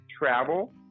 travel